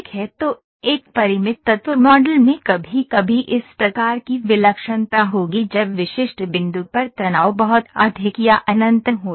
तो एक परिमित तत्व मॉडल में कभी कभी इस प्रकार की विलक्षणता होगी जब विशिष्ट बिंदु पर तनाव बहुत अधिक या अनंत होता है